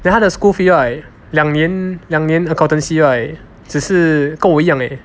then 他的 school fee right 两年两年 accountancy right 只是跟我一样 leh